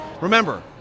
Remember